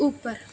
ਉੱਪਰ